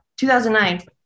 2009